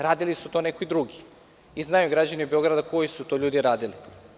Radili su to neki drugi i znaju građani Beograda koji su to ljudi radili.